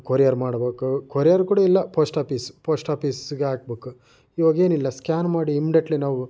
courier ಮಾಡಬೇಕು courier ಕೂಡ ಇಲ್ಲ ಪೋಸ್ಟ್ ಆಫೀಸ್ ಪೋಸ್ಟ್ ಆಫೀಸ್ಗೆ ಹಾಕಬೇಕು ಇವಾಗೇನಿಲ್ಲ ಸ್ಕ್ಯಾನ್ ಮಾಡಿ ಇಮ್ಡಿಯೆಟ್ಲಿ ನಾವು